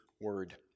word